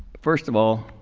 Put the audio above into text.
first of all,